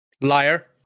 Liar